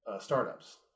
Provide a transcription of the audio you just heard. startups